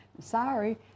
Sorry